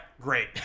Great